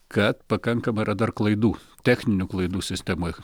kad pakankama yra dar klaidų techninių klaidų sistemoj